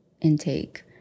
intake